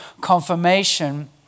confirmation